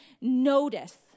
notice